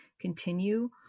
continue